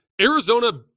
Arizona